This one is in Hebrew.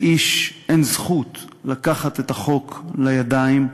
לאיש אין זכות לקחת את החוק לידיים.